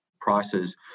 prices